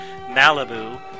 Malibu